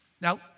Now